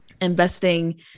investing